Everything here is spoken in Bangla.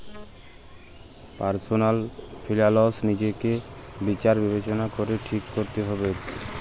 পার্সলাল ফিলালস লিজেকে বিচার বিবেচলা ক্যরে ঠিক ক্যরতে হবেক